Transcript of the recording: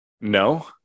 No